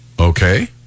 Okay